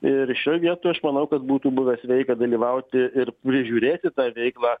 ir šioj vietoj aš manau kad būtų buvę sveika dalyvauti ir prižiūrėti tą veiklą